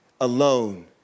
Alone